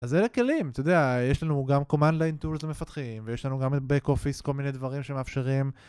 אז אלה כלים, אתה יודע יש לנו גם command line tools למפתחים ויש לנו גם את back office כל מיני דברים שמאפשרים